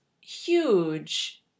huge